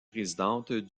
présidente